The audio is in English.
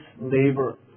labor